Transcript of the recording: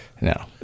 No